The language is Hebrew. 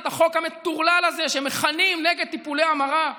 את החוק המטורלל הזה נגד מה שהם מכנים "טיפולי המרה".